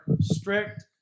strict